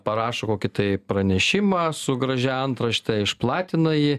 parašo kokį tai pranešimą su gražia antrašte išplatina jį